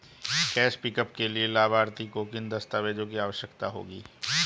Cash pickup के लिए लाभार्थी को किन दस्तावेजों की आवश्यकता होगी?